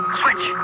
switch